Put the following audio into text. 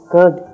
Good